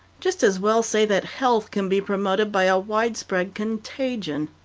just as well say that health can be promoted by a widespread contagion.